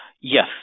Yes